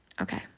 Okay